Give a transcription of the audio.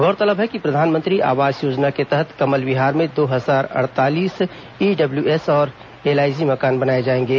गौरतलब है कि प्रधानमंत्री आवास योजना के तहत कमल विहार में दो हजार अड़तालीस ईडब्ल्यूएस और एलआईजी मकान बनाए जाएंगे